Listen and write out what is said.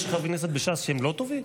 יש חברי כנסת בש"ס שהם לא טובים?